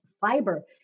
fiber